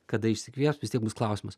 kada išsikvėps vis tiek bus klausimas